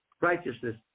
righteousness